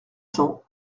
cent